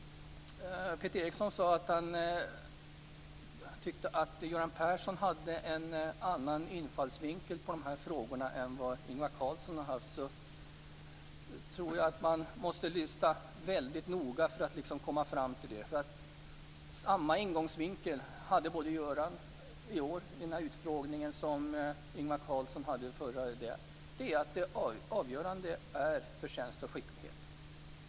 Peter Eriksson sade att han tyckte att Göran Persson hade en annan infallsvinkel på frågorna än vad Ingvar Carlsson hade. Man måste lyssna noga för att komma fram till en sådan slutsats. Göran Persson hade samma ingångsvinkel i år som Ingvar Carlsson hade, nämligen att det avgörande är förtjänst och skicklighet.